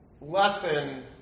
lesson